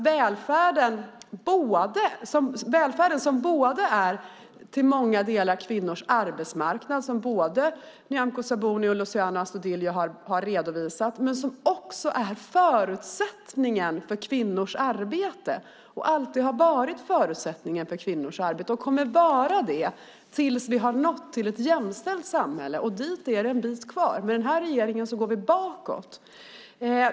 Välfärden är till många delar kvinnors arbetsmarknad, vilket både Nyamko Sabuni och Luciano Astudillo redovisat. Den är även förutsättningen för kvinnors arbete, har alltid varit det och kommer att vara det tills vi fått ett jämställt samhälle. Dit är det dock en bit kvar. Med den nuvarande regeringens politik går vi bakåt.